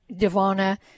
Divana